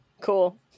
Cool